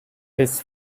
his